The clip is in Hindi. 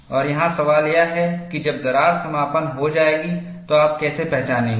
और यहां सवाल यह है कि जब दरार समापन हो जाएगी तो आप कैसे पहचानेंगे